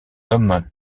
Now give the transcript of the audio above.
homme